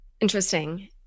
Interesting